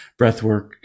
breathwork